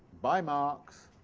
by marx,